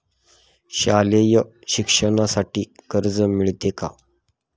शालेय शिक्षणासाठी कर्ज मिळते का?